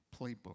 playbook